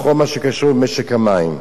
בכל מה שקשור למשק המים.